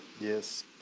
Yes